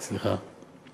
סליחה.